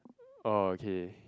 okay